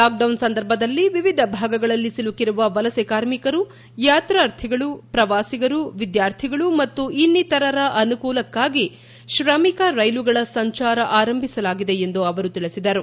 lockdown ಸಂದರ್ಭದಲ್ಲಿ ವಿವಿಧ ಭಾಗಗಳಲ್ಲಿ ಸಿಲುಕಿರುವ ವಲಸೆ ಕಾರ್ಮಿಕರು ಯಾತ್ರಾರ್ಥಿಗಳು ಪ್ರವಾಸಿಗರು ವಿದ್ಯಾರ್ಥಿಗಳು ಮತ್ತು ಇನ್ನಿತರರ ಅನುಕೂಲಕ್ಕಾಗಿ ಶ್ರಮಿಕ ರೈಲುಗಳ ಸಂಚಾರ ಆರಂಭಿಸಲಾಗಿದೆ ಎಂದು ಅವರು ತಿಳಿಸಿದರು